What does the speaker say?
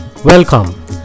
Welcome